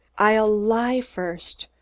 i'll lie first.